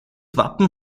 wappen